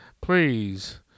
Please